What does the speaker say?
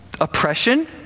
oppression—